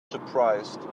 surprised